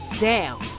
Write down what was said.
down